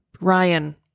Ryan